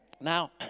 Now